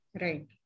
Right